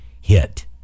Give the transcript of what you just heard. hit